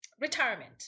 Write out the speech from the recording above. retirement